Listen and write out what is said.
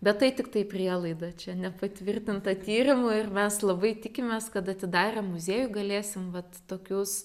bet tai tiktai prielaida čia nepatvirtinta tyrimu ir mes labai tikimės kad atidarę muziejų galėsim vat tokius